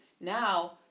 now